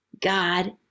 God